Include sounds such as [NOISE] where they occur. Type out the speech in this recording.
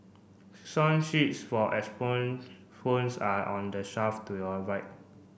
song sheets for [UNINTELLIGIBLE] phones are on the shelf to your right